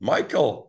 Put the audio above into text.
Michael